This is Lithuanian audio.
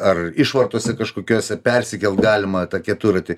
ar išvartose kažkokiose persikelt galima tą keturratį